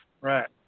right